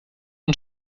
und